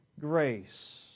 grace